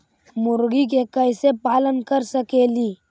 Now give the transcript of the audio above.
मुर्गि के कैसे पालन कर सकेली?